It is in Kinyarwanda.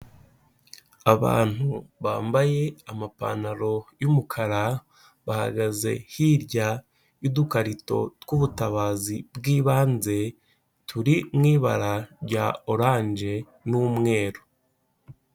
Abantu bambaye amapantaro y'umukara, bahagaze hirya y'udukarito tw'ubutabazi bw'ibanze, turi mu ibara rya oranje n'umweru.